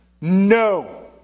no